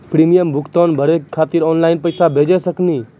Premium भुगतान भरे के खातिर ऑनलाइन पैसा भेज सकनी?